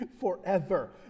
forever